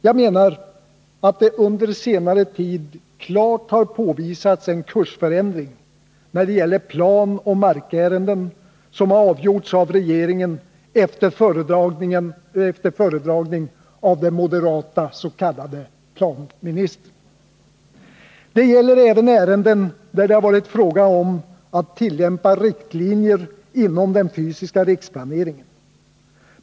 Jag menar att det under senare tid klart har påvisats en kursförändring när det gäller planoch markärenden som avgjorts av regeringen efter föredragning av den moderate s.k. planministern. Det gäller även ärenden där det har varit fråga om att tillämpa riktlinjer inom den fysiska riksplaneringen.